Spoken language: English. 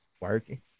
Working